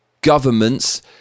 governments